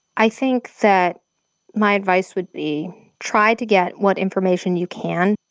i think that my advice would be try to get what information you can,